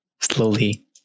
slowly